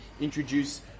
introduce